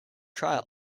trial